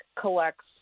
collects